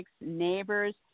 neighbors